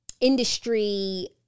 industry